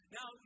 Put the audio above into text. Now